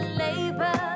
labor